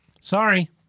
Sorry